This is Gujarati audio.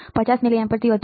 50 મિલી એમ્પીયરથી વધુ